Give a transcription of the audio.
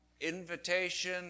invitation